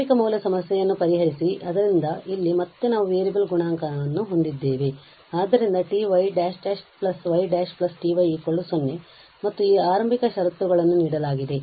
ಆರಂಭಿಕ ಮೌಲ್ಯ ಸಮಸ್ಯೆಯನ್ನು ಪರಿಹರಿಸಿinitial value problem ಆದ್ದರಿಂದ ಇಲ್ಲಿ ಮತ್ತೆ ನಾವು ವೇರಿಯಬಲ್ ಗುಣಾಂಕವನ್ನು ಹೊಂದಿದ್ದೇವೆ ಆದ್ದರಿಂದ ty ′′ y ′ ty 0 ಮತ್ತು ಈ ಆರಂಭಿಕ ಷರತ್ತುಗಳನ್ನು ನೀಡಲಾಗಿದೆ